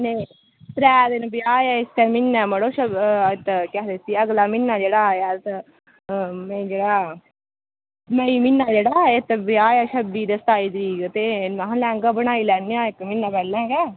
ते त्रै दिन ब्याह् ऐ इस्सै म्हीनै मड़ो शग इत केह् आखदे उसी अगला म्हीना जेह्ड़ा आया त मई जेह्ड़ा मेई म्हीना जेह्ड़ा इत्त ब्याह ऐ छब्बी ते सत्ताई तरीक ते महां लैह्ंगा बनाई लैन्ने आं इक म्हीना पैह्लें गै